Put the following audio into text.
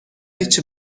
هیچی